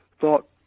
thought